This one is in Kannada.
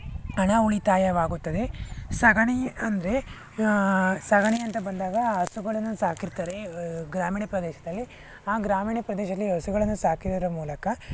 ಹಣ ಉಳಿತಾಯವಾಗುತ್ತದೆ ಸಗಣಿ ಅಂದರೆ ಸಗಣಿ ಅಂತ ಬಂದಾಗ ಹಸುಗಳನ್ನು ಸಾಕಿರ್ತಾರೆ ಗ್ರಾಮೀಣ ಪ್ರದೇಶದಲ್ಲಿ ಆ ಗ್ರಾಮೀಣ ಪ್ರದೇಶದಲ್ಲಿ ಹಸುಗಳನ್ನು ಸಾಕಿರುವುದರ ಮೂಲಕ